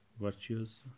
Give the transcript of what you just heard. virtues